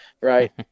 right